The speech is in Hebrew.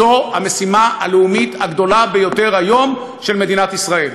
זו המשימה הלאומית הגדולה ביותר של מדינת ישראל היום.